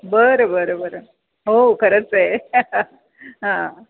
बरं बरं बरं हो खरंच आहे हां